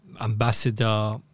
ambassador